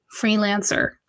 freelancer